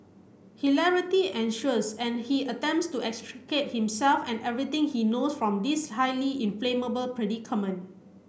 hilarity ensures and he attempts to extricate himself and everything he know from this highly inflammable predicament